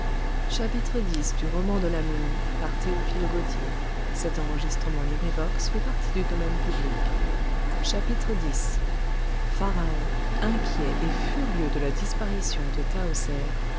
le sol pharaon inquiet et furieux de la disparition de